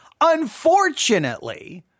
unfortunately